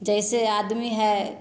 जैसे आदमी है